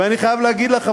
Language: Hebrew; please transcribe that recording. ואני חייב להגיד לך,